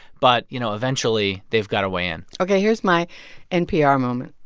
but, you know, eventually, they've got to weigh in ok, here's my npr moment.